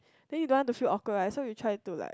then you don't want to feel awkward right then you try to like